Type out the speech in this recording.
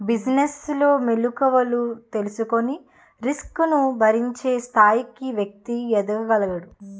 business లో మెలుకువలు తెలుసుకొని రిస్క్ ను భరించే స్థాయికి వ్యక్తి ఎదగగలడు